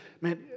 man